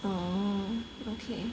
orh okay